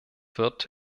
wird